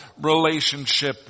relationship